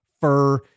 fur